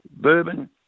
bourbon